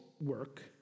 work